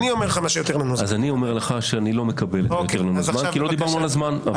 כי לא דיברנו על הזמן.